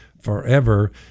forever